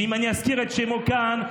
שאם אני אזכיר את שמו כאן,